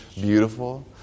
beautiful